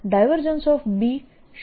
B શૂન્ય છે